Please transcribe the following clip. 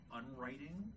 unwriting